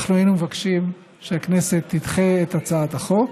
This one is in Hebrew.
היינו מבקשים שהכנסת תדחה את הצעת החוק,